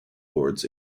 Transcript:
awards